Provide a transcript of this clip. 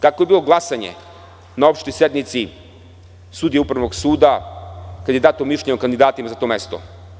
Kakvo je bilo glasanje na opštoj sednici sudije Upravnog suda, kada je dato mišljenje o kandidatima za to mesto?